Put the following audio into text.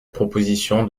proposition